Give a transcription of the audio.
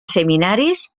seminaris